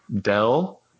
Dell